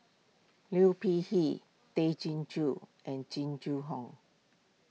Liu Peihe Tay Chin Joo and Jing Jun Hong